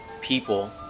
people